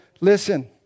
listen